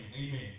Amen